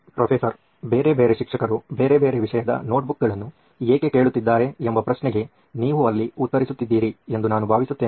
professor ಬೇರೆ ಬೇರೆ ಶಿಕ್ಷಕರು ಬೇರೆ ಬೇರೆ ವಿಷಯದ ನೋಟ್ಬುಕ್ಗಳನ್ನು ಏಕೆ ಕೇಳುತ್ತಿದ್ದಾರೆ ಎಂಬ ಪ್ರಶ್ನೆಗೆ ನೀವು ಅಲ್ಲಿ ಉತ್ತರಿಸುತ್ತಿದ್ದೀರಿ ಎಂದು ನಾನು ಭಾವಿಸುತ್ತೇನೆ